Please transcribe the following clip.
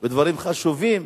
ודברים חשובים,